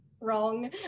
wrong